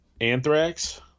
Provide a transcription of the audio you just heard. Anthrax